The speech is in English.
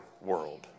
world